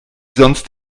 sonst